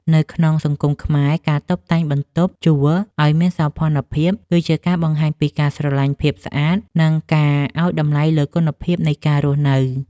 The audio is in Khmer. នៅក្នុងសង្គមខ្មែរ ការតុបតែងបន្ទប់ជួលឱ្យមានសោភ័ណភាព គឺជាការបង្ហាញពីការស្រឡាញ់ភាពស្អាត និងការឱ្យតម្លៃលើគុណភាពនៃការរស់នៅ។